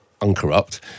uncorrupt